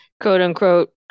quote-unquote